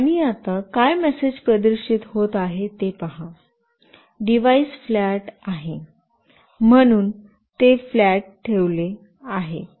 आणि आता काय मेसेज प्रदर्शित होत आहे ते पहा डिव्हाइस फ्लॅट आहे म्हणून ते फ्लॅट ठेवले आहे